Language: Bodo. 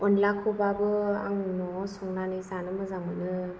अनलाखौबाबो आं न'आव संनानै जानो मोजां मोनो